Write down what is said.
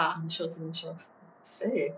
initials initials 谁